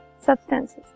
substances